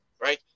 right